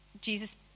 Jesus